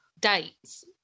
dates